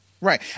Right